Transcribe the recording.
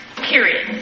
Period